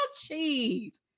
cheese